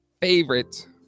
favorite